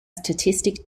static